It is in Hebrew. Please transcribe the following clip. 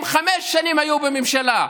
חמש שנים הם היו בממשלה,